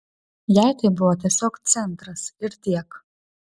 jai tai buvo tiesiog centras ir tiek